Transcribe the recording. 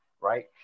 right